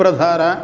प्रधारा